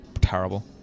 terrible